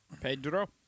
Pedro